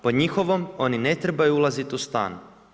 Po njihovom oni ne trebaju ulazit u stan.